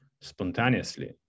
spontaneously